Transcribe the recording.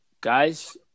Guys –